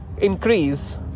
increase